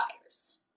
fires